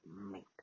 make